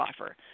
offer